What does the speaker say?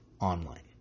online